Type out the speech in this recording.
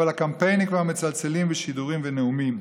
אבל הקמפיינים כבר מצלצלים בשידורים ובנאומים.